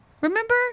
Remember